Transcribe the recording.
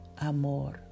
amor